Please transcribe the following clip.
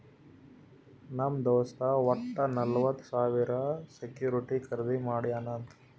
ನಮ್ ದೋಸ್ತ್ ವಟ್ಟ ನಲ್ವತ್ ಸಾವಿರ ಸೆಕ್ಯೂರಿಟಿ ಖರ್ದಿ ಮಾಡ್ಯಾನ್ ಅಂತ್